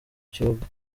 kibuga